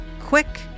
quick